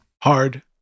Hard